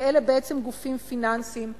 כי אלה בעצם גופים פיננסיים,